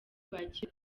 bakira